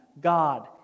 God